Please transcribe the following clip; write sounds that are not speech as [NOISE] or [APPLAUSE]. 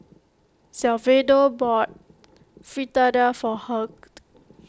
Salvador bought Fritada for Hugh [NOISE]